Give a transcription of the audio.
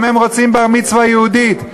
גם הם רוצים בר-מצווה יהודית.